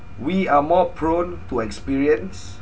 we are more prone to experience